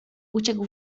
uciekł